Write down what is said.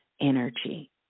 energy